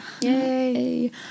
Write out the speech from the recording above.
Yay